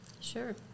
Sure